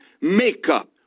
makeup